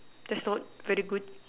there's not very good